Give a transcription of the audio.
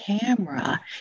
camera